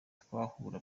twahura